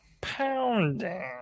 pounding